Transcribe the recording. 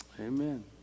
Amen